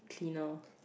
cleaner